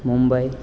Mumbai